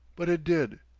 but it did.